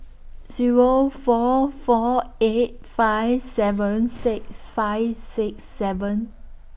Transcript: Zero four four eight five seven six five six seven